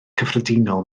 cyffredinol